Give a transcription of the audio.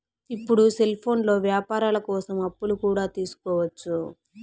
ఇప్పుడు సెల్ఫోన్లో వ్యాపారాల కోసం అప్పులు కూడా తీసుకోవచ్చు